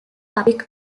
public